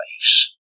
face